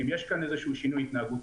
כי אם יש כאן איזשהו שינוי התנהגותי,